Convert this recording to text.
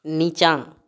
नि